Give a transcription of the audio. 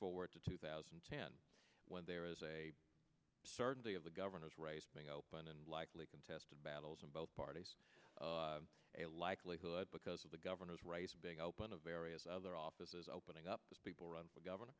forward to two thousand when there is a certainty of the governor's race being open and likely contested battles in both parties a likelihood because of the governor's race being open to various other offices opening up as people run